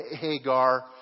Hagar